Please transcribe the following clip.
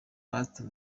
pastor